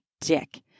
dick